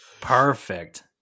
perfect